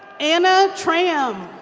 anna tram.